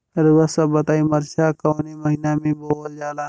रउआ सभ बताई मरचा कवने महीना में बोवल जाला?